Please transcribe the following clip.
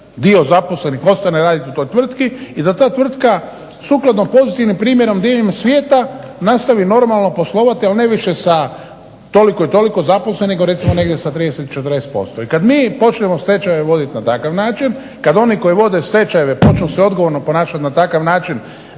dio zaposlenih ostane raditi u toj tvrtki i da ta tvrtka sukladno pozitivnim primjerima diljem svijeta nastavi normalno poslovati, ali ne više sa toliko i toliko zaposlenih nego recimo negdje sa 30, 40%. I kad mi počnemo stečajeve voditi na takav način, kad oni koji vode stečajeve počnu se odgovorno se ponašati na takav način